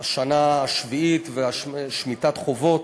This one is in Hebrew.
השנה השביעית ושמיטת חובות.